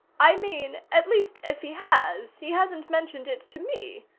i mean, at least, if he has, he hasn't mentioned it to me.